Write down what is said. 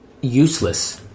useless